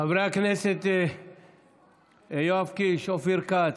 חברי הכנסת יואב קיש, אופיר כץ,